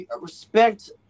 respect